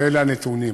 ואלה הנתונים.